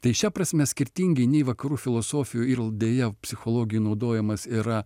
tai šia prasme skirtingai nei vakarų filosofijų ir deja psichologijų naudojimas yra